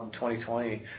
2020